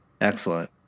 Excellent